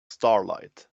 starlight